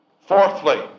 Fourthly